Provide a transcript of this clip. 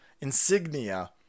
insignia